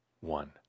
one